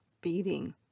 beating